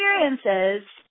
experiences